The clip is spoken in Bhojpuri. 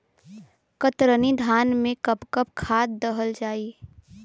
कतरनी धान में कब कब खाद दहल जाई?